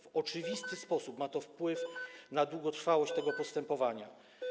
W oczywisty sposób ma to wpływ na długotrwałość tego postępowania.